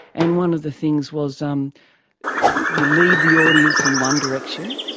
and one of the things was um you lead the audience in one direction,